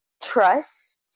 trust